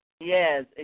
Yes